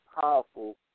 powerful